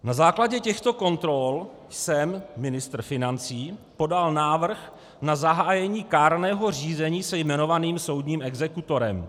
Na základě těchto kontrol jsem ministr financí podal návrh na zahájení kárného řízení se jmenovaným soudním exekutorem.